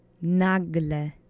NAGLE